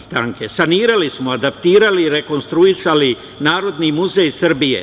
Sanirali smo, adaptirali rekonstruisali Narodni muzej Srbije.